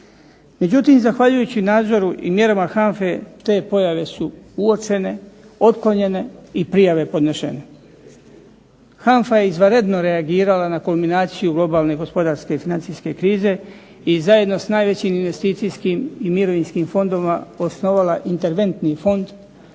Međutim, zahvaljujući nadzoru i mjerama HANFA-e te pojave su uočene, otklonjene i prijave podnesene. HANFA je izvanredno reagirala na kulminaciju globalne gospodarske financijske krize i zajedno s najvećim investicijskim i mirovinskim fondovima osnovala interventni fond u